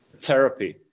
therapy